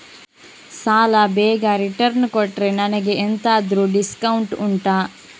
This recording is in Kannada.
ಸಾಲ ಬೇಗ ರಿಟರ್ನ್ ಕೊಟ್ರೆ ನನಗೆ ಎಂತಾದ್ರೂ ಡಿಸ್ಕೌಂಟ್ ಉಂಟಾ